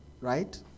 right